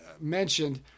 mentioned